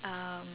um